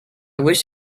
wish